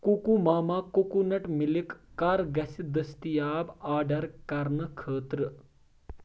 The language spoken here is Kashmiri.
کوکو ماما ککونٹ مِلک کَر گژھِ دٔستیاب آرڈر کرنہٕ خٲطرٕ